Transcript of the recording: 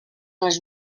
les